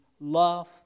love